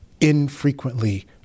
infrequently